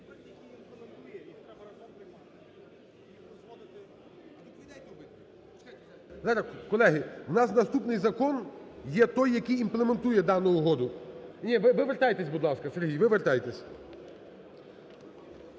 Колеги, у нас наступний закон є той, який імплементує дану угоду. Ні, ви вертайтесь, будь ласка, Сергій, ви вертайтесь.